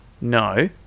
no